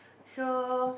so